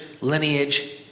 lineage